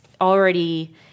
already